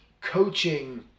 coaching